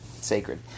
sacred